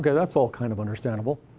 yeah that's all kind of understandable.